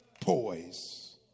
Poise